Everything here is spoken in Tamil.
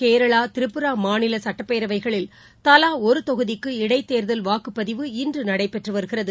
கேரளா திரிபுரா மாநிலசட்டப்பேரவைகளில் தவாஒருதொகுதிக்கு இடைத்தேர்தல் வாக்குப்பதிவு இன்றுநடைபெற்றுவருகிறது